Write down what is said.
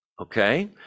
Okay